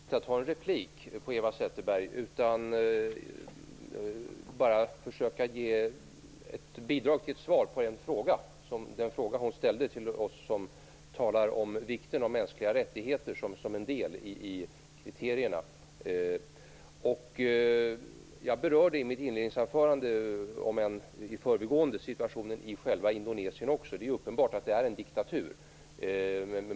Herr talman! Min avsikt är egentligen inte att så att säga ta någon replik på Eva Zetterberg, utan bara att försöka ge ett bidrag till svar på den fråga hon ställde till oss som talar om vikten av mänskliga rättigheter som en del i kriterierna. Jag berörde i mitt inledningsanförande, om än i förbigående, situationen i själva Indonesien också. Det är uppenbart att det är en diktatur.